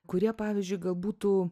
kurie pavyzdžiui gal būtų